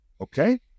okay